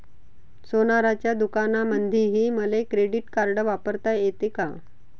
सोनाराच्या दुकानामंधीही मले क्रेडिट कार्ड वापरता येते का?